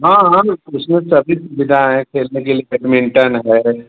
हाँ हाँ उसमें सभी सुविधा हैं खेलने के लिए बैडमिंटन है